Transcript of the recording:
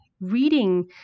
reading